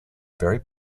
very